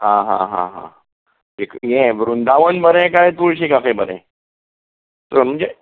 आ हा हा हा एक हें वृंदावन बरें काय तुळशी कॅफे बरें त म्हणजे